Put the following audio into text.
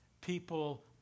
People